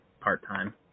part-time